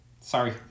sorry